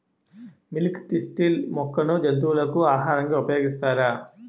Milk thistle మొక్కను జంతువులకు ఆహారంగా ఉపయోగిస్తారా?